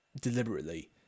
deliberately